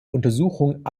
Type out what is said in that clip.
untersuchung